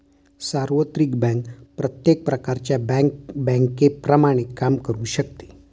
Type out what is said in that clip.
सार्वत्रिक बँक प्रत्येक प्रकारच्या बँकेप्रमाणे काम करू शकते